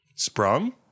Sprung